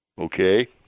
Okay